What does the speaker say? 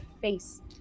face